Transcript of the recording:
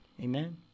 Amen